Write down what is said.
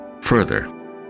further